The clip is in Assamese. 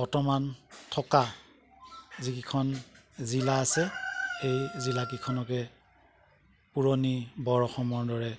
বৰ্তমান থকা যিকেইখন জিলা আছে এই জিলা কেইখনকে পুৰণি বৰ অসমৰ দৰে